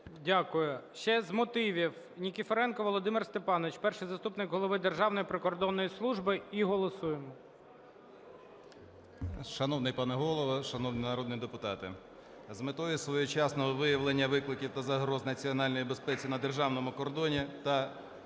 Дякую. Ще з мотивів. Нікіфоренко Володимир Степанович, перший заступник голови Державної прикордонної служби. І голосуємо. 16:54:18 НІКІФОРЕНКО В.О. Шановний пане Голово! Шановні народні депутати! З метою своєчасного виявлення викликів та загроз національній безпеці на державному кордоні та